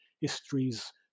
histories